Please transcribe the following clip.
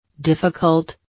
Difficult